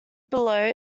below